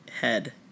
head